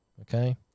Okay